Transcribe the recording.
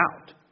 out